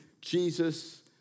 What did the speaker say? Jesus